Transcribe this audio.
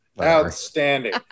Outstanding